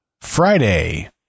Friday